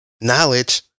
knowledge